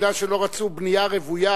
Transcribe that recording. מכיוון שלא רצו בנייה רוויה,